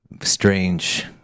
strange